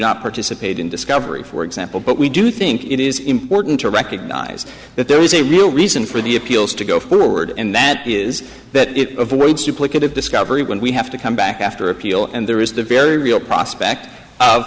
not participate in discovery for example but we do think it is important to recognize that there is a real reason for the appeals to go forward and that is that it avoids euclid of discovery when we have to come back after appeal and there is the very real prospect of